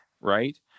right